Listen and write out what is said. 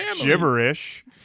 gibberish